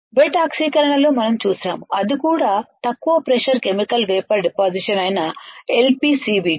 wet ఆక్సీకరణలో మనం చూశాము అది కూడా తక్కువ ప్రెషర్ కెమికల్ వేపర్ డిపాసిషన్ అయిన LPCVD